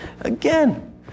again